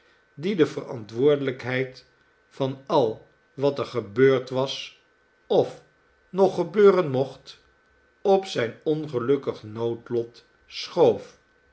die de verantwoordelijkheid van al wat er gebeurd was of nog gebeuren mocht op zijn ongelukkig noodlot schoof